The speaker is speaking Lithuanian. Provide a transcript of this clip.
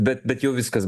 bet bet jau viskas